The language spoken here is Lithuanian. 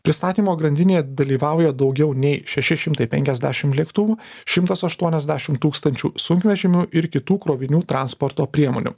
pristatymo grandinėje dalyvauja daugiau nei šeši šimtai penkiasdešim lėktuvų šimtas aštuoniasdešim tūkstančių sunkvežimių ir kitų krovinių transporto priemonių